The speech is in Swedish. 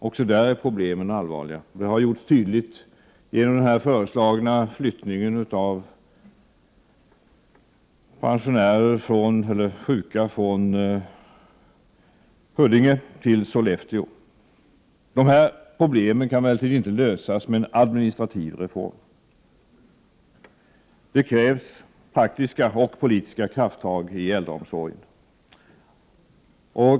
Också där är problemen allvarliga, vilket har kommit till tydligt uttryck i den föreslagna flyttningen av sjuka från Huddinge till Sollefteå. Dessa problem kan emellertid inte lösas genom en administrativ reform. Det krävs faktiska och politiska krafttag i äldreomsorgen.